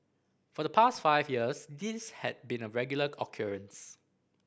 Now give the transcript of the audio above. for the past five years this had been a regular occurrence